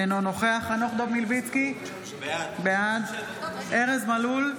אינו נוכח חנוך דב מלביצקי, בעד ארז מלול,